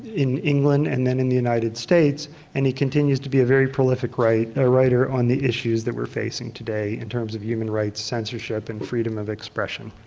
in england and then in the united states and he continues to be a very prolific ah writer on the issues that we're facing today in terms of human rights, censorship, and freedom of expression.